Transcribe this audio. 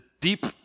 deep